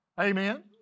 Amen